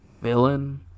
villain